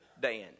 Dan